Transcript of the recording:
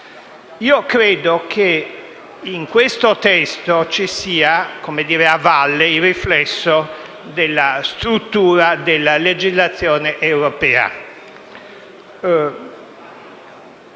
Credo che in questo testo ci sia, a valle, il riflesso della struttura della legislazione europea.